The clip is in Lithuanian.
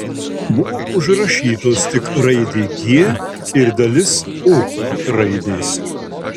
buvo užrašytos tik raidė g ir dalis u raidės